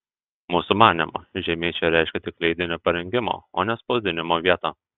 mūsų manymu žeimiai čia reiškia tik leidinio parengimo o ne spausdinimo vietą